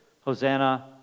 Hosanna